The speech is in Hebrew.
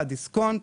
דיסקונט